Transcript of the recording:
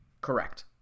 Correct